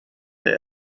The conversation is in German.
der